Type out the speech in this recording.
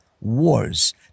wars